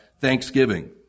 Thanksgiving